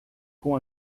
com